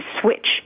switch